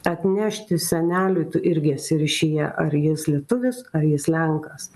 atnešti seneliui tu irgi esi ryšyje ar jis lietuvis ar jis lenkas